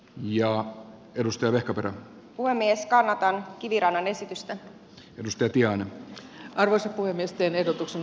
ja perustelee kopra puhemies kartan kivirannan esitystä ystäviään arvossa kuin nesteen ehdotus on